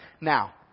Now